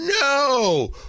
No